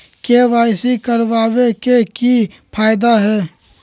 KYC करवाबे के कि फायदा है?